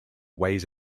ways